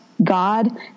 God